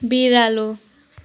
बिरालो